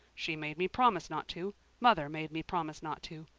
she made me promise not to mother made me promise not to.